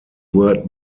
word